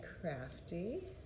crafty